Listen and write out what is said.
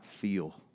feel